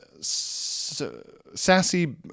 sassy